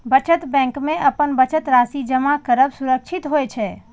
बचत बैंक मे अपन बचत राशि जमा करब सुरक्षित होइ छै